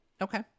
Okay